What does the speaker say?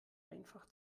einfach